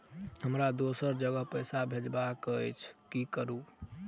हमरा दोसर जगह पैसा भेजबाक अछि की करू?